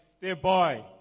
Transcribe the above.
thereby